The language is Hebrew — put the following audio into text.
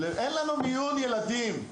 אין לנו מיון ילדים.